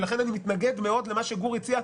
ולכן אני מתנגד מאוד למה שגור הציע.